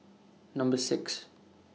Number six